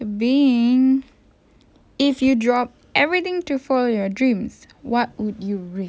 being if you drop everything to follow your dreams what would you risk